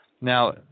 Now